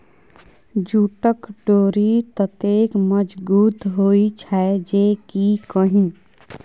जूटक डोरि ततेक मजगुत होए छै जे की कही